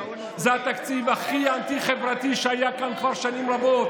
זה התקציב הכי אנטי-חברתי שהיה כאן כבר שנים רבות.